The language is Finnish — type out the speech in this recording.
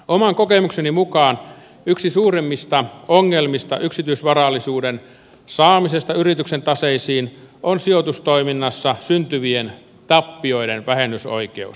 oman kokemukseni mukaan yksi suurimmista ongelmista yksityisvarallisuuden saamisesta yrityksen taseisiin on sijoitustoiminnassa syntyvien tappioiden vähennysoikeus